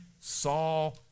saw